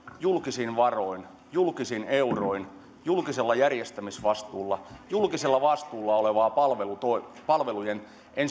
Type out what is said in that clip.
julkisin varoin julkisin euroin julkisella järjestämisvastuulla julkisella vastuulla olevaa ensinnäkin palvelujen